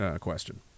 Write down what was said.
question